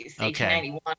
1891